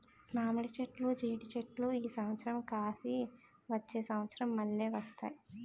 మామిడి చెట్లు జీడి చెట్లు ఈ సంవత్సరం కాసి వచ్చే సంవత్సరం మల్ల వస్తాయి